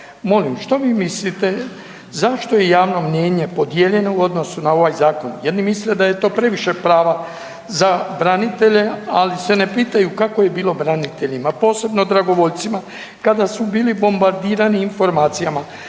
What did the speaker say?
Molim, što vi mislite zašto je javno mnijenje podijeljeno u odnosu na ovaj zakon? Jedni misle da je to previše prava za branitelje ali se ne pitaju kako je bilo braniteljima, posebno dragovoljcima kada su bili bombardirani informacijama